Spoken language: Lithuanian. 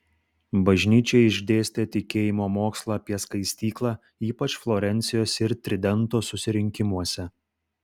bažnyčia išdėstė tikėjimo mokslą apie skaistyklą ypač florencijos ir tridento susirinkimuose